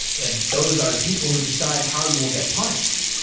and those are the people who decide how you will get punished.